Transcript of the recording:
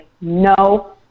no